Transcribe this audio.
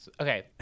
Okay